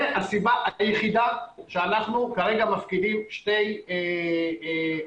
זה הסיבה היחידה כשאנחנו כרגע מפקידים שתי אופציות,